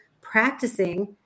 practicing